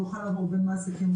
יוכל לעבור בין מעסיקים,